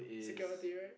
security right